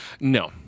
No